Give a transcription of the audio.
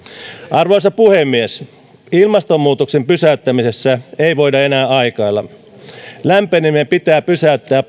arvoisa puhemies ilmastonmuutoksen pysäyttämisessä ei voida enää aikailla lämpeneminen pitää pysäyttää